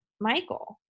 Michael